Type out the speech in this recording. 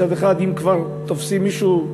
מצד אחד, אם כבר תופסים מישהו,